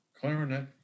clarinet